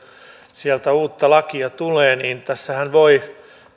sieltä uutta lakia tulee niin tässähän voi